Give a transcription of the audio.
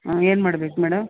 ಹಾಂ ಏನು ಮಾಡ್ಬೇಕು ಮೇಡಮ್